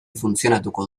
funtzionatuko